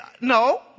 No